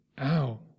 Ow